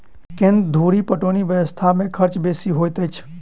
केन्द्र धुरि पटौनी व्यवस्था मे खर्च बेसी होइत अछि